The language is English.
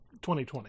2020